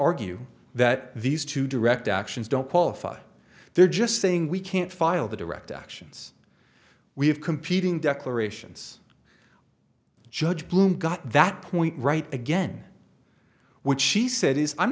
argue that these two direct actions don't qualify they're just saying we can't file the direct actions we have competing declarations judge bloom got that point right again which she said is i'm